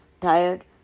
tired